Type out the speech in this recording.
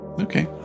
Okay